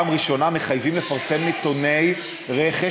2. פעם ראשונה מחייבים לפרסם נתוני רכש